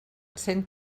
cent